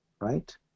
right